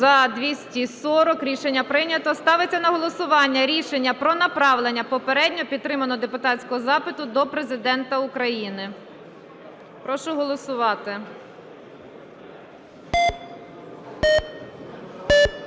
За-240 Рішення прийнято. Ставиться на голосування рішення про направлення попередньо підтриманого депутатського запиту до Президента України. Прошу голосувати. 12:39:32